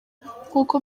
nkuko